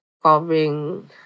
covering